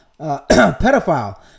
pedophile